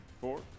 four